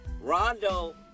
Rondo